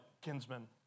kinsmen